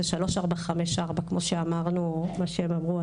זה 3454, מה שהם אמרו.